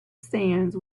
sands